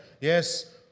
yes